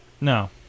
No